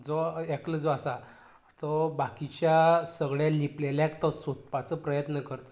जो एकलो जो आसा तो बाकीच्या सगले लिपलेल्यांक तो सोदपाचो प्रयत्न करता